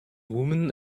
woman